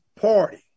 party